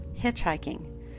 hitchhiking